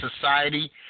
society